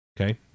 Okay